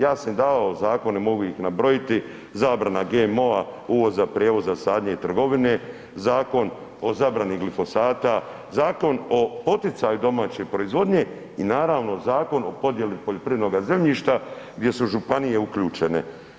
Ja sam im davao zakone, mogu ih nabrojiti, zabrana GMO-a uvoza, prijevoza, sadnje i trgovine, zakon o zabrani glifosata, zakon o poticaju domaće proizvodnje i naravno zakon o podjeli poljoprivrednoga zemljišta gdje su županije uključene.